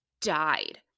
died